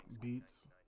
beats